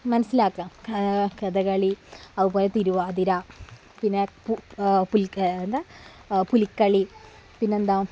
മനസ്സിലാക്കാം കഥകളി അതുപോലെ തിരുവാതിര പിന്നെ എന്താണ് പുലിക്കളി പിന്നെന്താണ്